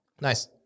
Nice